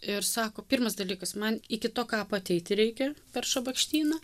ir sako pirmas dalykas man iki to kapo ateiti reikia per šabakštyną